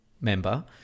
member